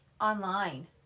online